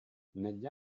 negli